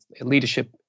Leadership